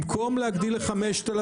במקום להגדיל ל-5,000,